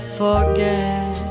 forget